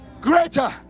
Greater